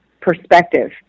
perspective